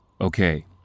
Okay